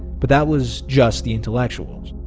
but that was just the intellectuals.